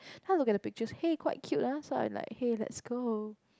how look at the picture hey quite cute lah so I am like hey let's go